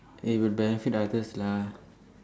it would benefit others lah